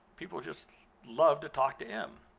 people just love to talk to em.